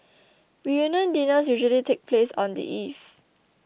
reunion dinners usually take place on the eve